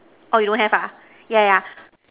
oh you don't have ah yeah yeah